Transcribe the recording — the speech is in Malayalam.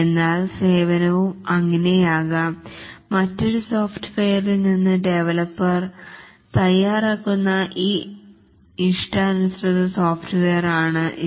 എന്നാൽ സേവനവും അങ്ങനെയാകാം മറ്റൊരു സോഫ്റ്റ്വെയറിൽ നിന്ന് ഡെവലപ്പർ തയ്യാറാക്കുന്ന ഒരു ഇഷ്ടാനുസൃത സോഫ്റ്റ്വെയർ ആണ് ഇത്